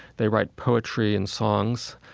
they write poetry and songs.